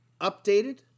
updated